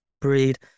breed